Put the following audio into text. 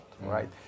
right